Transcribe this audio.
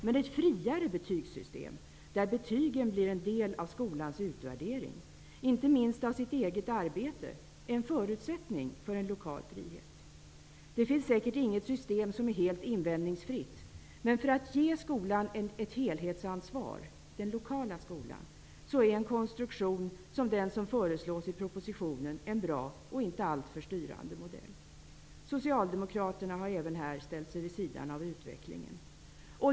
Men ett friare betygssystem, där betygen blir en del av skolans utvärdering -- inte minst av sitt eget arbete -- är en förutsättning för en lokal frihet. Det finns säkert inget system som är helt invändningsfritt, men för att ge den lokala skolan ett helhetsansvar är en konstruktion i likhet med den som föreslås i propositionen en bra och inte alltför styrande modell. Socialdemokraterna har även här ställt sig vid sidan av utvecklingen.